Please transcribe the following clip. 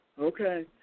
okay